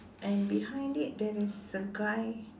and behind it there is a guy